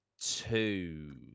two